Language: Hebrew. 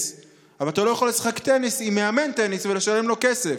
אבל אתה לא יכול לשחק טניס עם מאמן טניס ולשלם לו כסף.